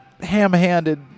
ham-handed